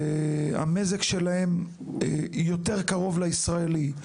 והמזג שלהם יותר קרוב לישראלי.